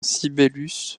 sibelius